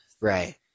Right